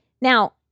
Now